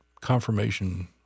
confirmation